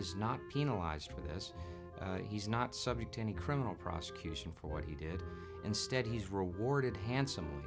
is not penalized for this he's not subject to any criminal prosecution for what he did instead he's rewarded handsome